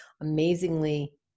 amazingly